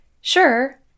Sure